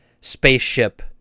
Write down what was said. spaceship